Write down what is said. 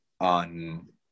on